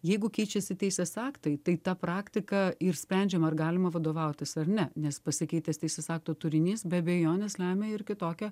jeigu keičiasi teisės aktai tai ta praktika ir sprendžiama ar galima vadovautis ar ne nes pasikeitęs teisės aktų turinys be abejonės lemia ir kitokią